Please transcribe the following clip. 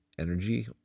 energy